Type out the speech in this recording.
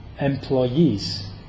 employees